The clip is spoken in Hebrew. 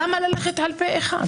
למה ללכת על פה אחד?